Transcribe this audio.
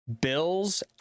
Bills